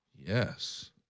Yes